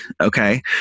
Okay